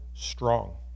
Strong